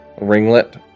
ringlet